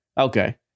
Okay